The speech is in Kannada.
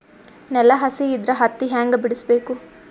ನೆಲ ಹಸಿ ಇದ್ರ ಹತ್ತಿ ಹ್ಯಾಂಗ ಬಿಡಿಸಬೇಕು?